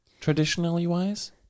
traditionally-wise